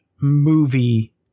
movie